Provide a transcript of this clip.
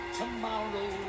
tomorrow